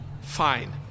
Fine